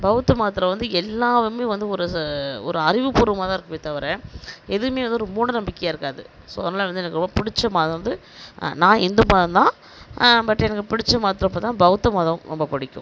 பௌத்த மதத்தில் வந்து எல்லாவும் வந்து ஒரு ஒரு அறிவுப்பூர்வமாகதான் இருக்குமே தவிர எதுவும் வந்து ஒரு மூடநம்பிக்கையாக இருக்காது ஸோ அதனால வந்து எனக்கு ரொம்ப பிடிச்ச மதம் வந்து நான் இந்து மதம்தான் பட் எனக்கு பிடிச்ச மதத்தை அப்போதான் பௌத்த மதம் ரொம்ப பிடிக்கும்